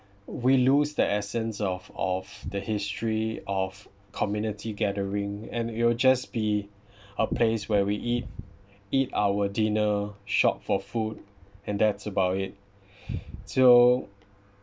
we lose the essence of of the history of community gathering and it'll just be a place where we eat eat our dinner shop for food and that's about it so